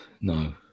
no